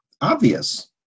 obvious